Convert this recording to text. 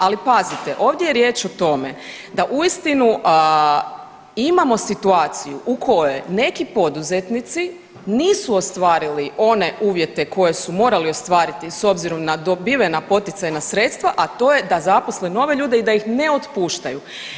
Ali pazite, ovdje je riječ o tome da uistinu imamo situaciju u kojoj neki poduzetnici nisu ostvarili one uvjete koje su morali ostvariti s obzirom na dobivena poticajna sredstva, a to je da zaposle nove ljude i da ih ne otpuštaju.